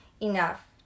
enough